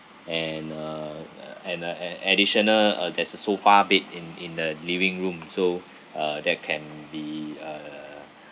and uh uh and uh an additional uh there's a sofa bed in in the living room so uh that can be a